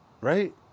Right